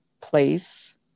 place